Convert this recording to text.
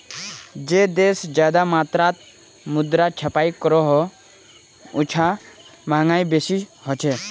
जे देश ज्यादा मात्रात मुद्रा छपाई करोह उछां महगाई बेसी होछे